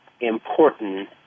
important